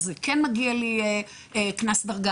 אז כן מגיע לי קנס דרגה,